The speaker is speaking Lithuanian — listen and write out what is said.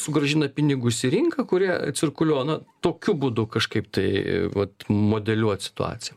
sugrąžina pinigus į rinką kurie cirkuliuoja na tokiu būdu kažkaip tai vat modeliuot situaciją